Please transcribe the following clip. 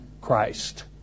Christ